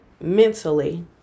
mentally